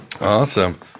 Awesome